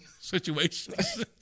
situations